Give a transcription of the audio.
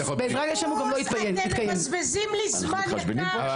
אתם מבזבזים לי זמן יקר,